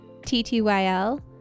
TTYL